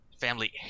family